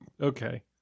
Okay